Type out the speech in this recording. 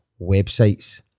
websites